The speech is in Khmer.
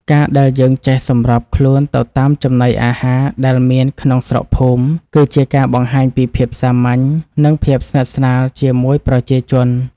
ការដែលយើងចេះសម្របខ្លួនទៅតាមចំណីអាហារដែលមានក្នុងស្រុកភូមិ គឺជាការបង្ហាញពីភាពសាមញ្ញ និងភាពស្និទ្ធស្នាលជាមួយប្រជាជន។